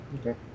Okay